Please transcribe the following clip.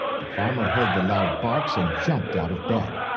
the farmer heard the loud barks and jumped out of bed.